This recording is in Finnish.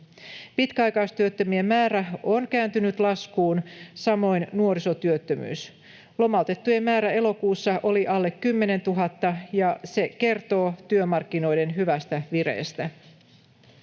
Pitkäaikaistyöttömien määrä on kääntynyt laskuun, samoin nuorisotyöttömyys. Lomautettujen määrä elokuussa oli alle 10 000, ja se kertoo työmarkkinoiden hyvästä vireestä.